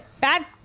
Bad